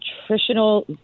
nutritional